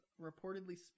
reportedly